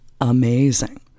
amazing